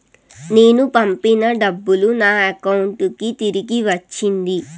నేను పంపిన డబ్బులు నా అకౌంటు కి తిరిగి వచ్చింది